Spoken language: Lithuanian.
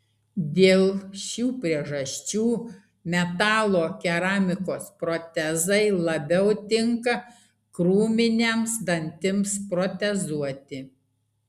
dėl šių priežasčių metalo keramikos protezai labiau tinka krūminiams dantims protezuoti